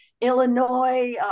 Illinois